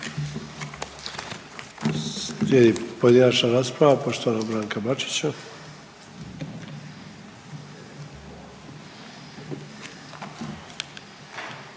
Slijedi pojedinačna rasprava poštovanog Branka Bačića.